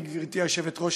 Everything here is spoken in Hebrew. גברתי היושבת-ראש,